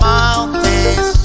Mountains